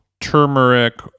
turmeric